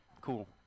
Cool